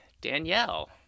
Danielle